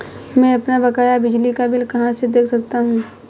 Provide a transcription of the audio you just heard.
मैं अपना बकाया बिजली का बिल कहाँ से देख सकता हूँ?